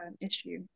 issue